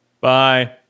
Bye